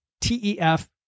TEF